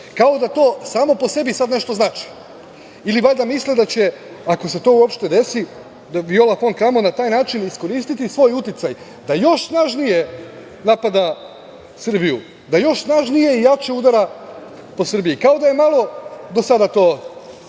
kao da to samo po sebi sada nešto znači ili valjda misle da će ako se to uopšte desi, da Viola fon Kramon na taj način iskoristiti svoj uticaj da još snažnije napada Srbiju, da još snažnije i jače udara po Srbiji, kao da je malo do sada to